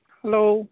hello